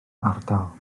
ardal